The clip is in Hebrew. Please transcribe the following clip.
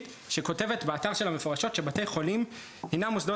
שכותבת באתר שלה מפורשות שבתי חולים הנם מוסדות